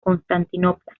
constantinopla